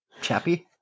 Chappy